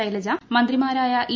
ശൈലജ മന്ത്രിമാരായ ഇ